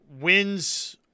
Wins